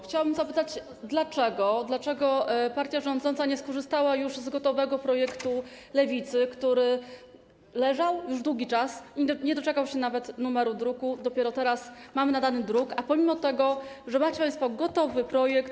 Chciałabym zapytać dlaczego, dlaczego partia rządząca nie skorzystała z już gotowego projektu Lewicy, który leżał już długi czas i nie doczekał się nawet numeru druku - dopiero teraz mamy nadany numer druku - pomimo że macie państwo gotowy projekt.